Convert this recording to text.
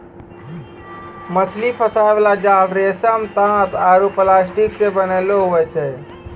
मछली फसाय बाला जाल रेशम, तात आरु प्लास्टिक से बनैलो हुवै छै